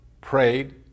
prayed